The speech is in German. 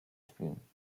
spielen